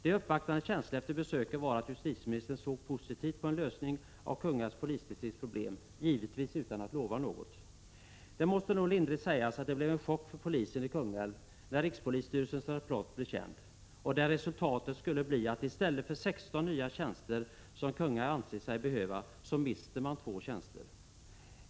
De uppvaktandes känsla efter besöket var att justitieministern såg positivt på en lösning av Kungälvs polisdistrikts problem, givetvis utan att lova något. Det måste nog lindrigt sägas att det blev en chock för polisen i Kungälv när rikspolisstyrelsens rapport blev känd. Enligt den skulle resultatet bli att man i stället för att få 16 nya tjänster, som man anser sig behöva, mister 2 tjänster.